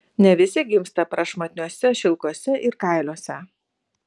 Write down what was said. ne visi gimsta prašmatniuose šilkuose ir kailiuose